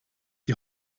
die